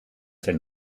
ten